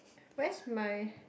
where's my